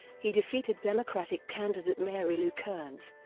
he defeated democratic candidate mary lou kearns,